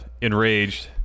enraged